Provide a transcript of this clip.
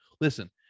listen